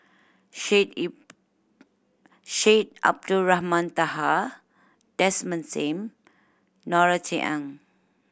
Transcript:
Syed Ip Syed Abdulrahman Taha Desmond Sim Norothy Ng